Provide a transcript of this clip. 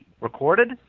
Recorded